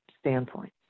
standpoint